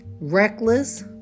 reckless